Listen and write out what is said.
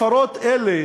הפרות אלה